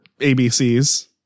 ABCs